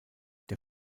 der